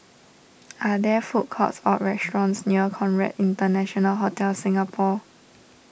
are there food courts or restaurants near Conrad International Hotel Singapore